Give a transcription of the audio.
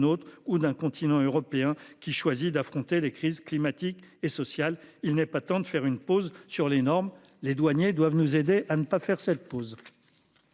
ou d'un continent européen qui choisi d'affronter les crises climatiques et sociales, il n'est pas tant de faire une pause sur les normes, les douaniers doivent nous aider à ne pas faire cette pause.